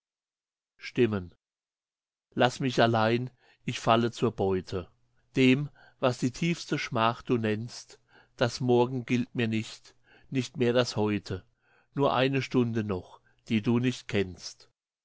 laß mich allein ich falle zur beute dem was die tiefste schmach du nennst das morgen gilt mir nicht nicht mehr das heute nur eine stunde noch die du nicht kennst